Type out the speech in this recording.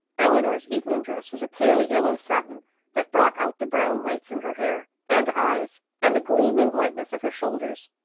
eleanor's evening dress was a pale yellow satin that brought out the brown lights in her hair and eyes and the gleaming whiteness of her shoulders.